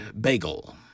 bagel